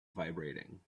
vibrating